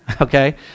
okay